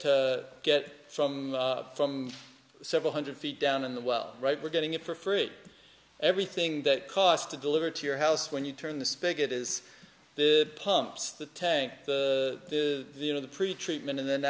to get from from several hundred feet down in the well right we're getting it for free everything that cost to deliver to your house when you turn the spigot is the pumps the tank you know the pretreatment and then